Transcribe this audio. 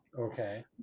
Okay